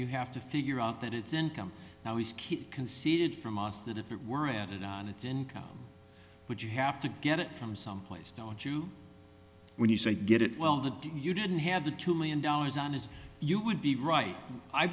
you have to figure out that it's income now is keep conceded from us that if it weren't it on its income would you have to get it from someplace don't you when you say get it well that you didn't have the two million dollars on as you would be right i